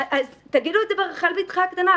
תגידו את זה ברחל בתך הקטנה.